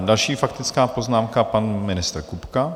Další faktická poznámka, pan ministr Kupka.